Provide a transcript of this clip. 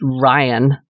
Ryan